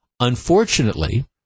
Unfortunately